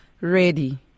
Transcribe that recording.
ready